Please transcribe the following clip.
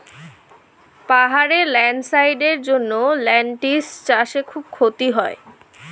পাহাড়ে ল্যান্ডস্লাইডস্ এর জন্য লেনটিল্স চাষে খুব ক্ষতি হয়